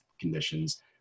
conditions